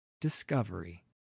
Discovery